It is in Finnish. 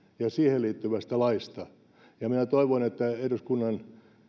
ja siihen liittyvästä laista toivon että eduskunnan